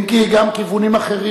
אם כי גם כיוונים אחרים,